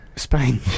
Spain